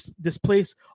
displace